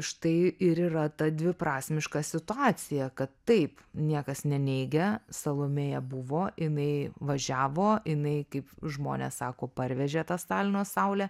štai ir yra ta dviprasmiška situacija kad taip niekas neneigia salomėja buvo jinai važiavo jinai kaip žmonės sako parvežė tą stalino saulę